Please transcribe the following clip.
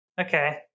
Okay